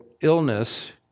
illness